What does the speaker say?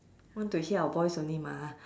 want to hear our voice only mah